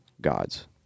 God's